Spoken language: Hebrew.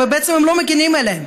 אבל בעצם הם לא מגינים עליהם,